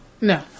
No